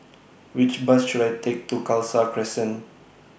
Which Bus should I Take to Khalsa Crescent